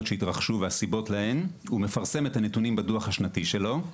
שהתרחשו והסיבות להן ומפרסם את הנתונים בדוח השנתי שלו.